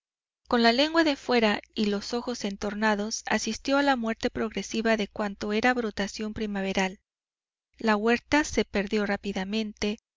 con la lengua de fuera y los ojos entornados asistió a la muerte progresiva de cuanto era brotación primaveral la huerta se perdió rápidamente